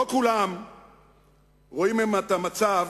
לא כולם רואים היום את המצב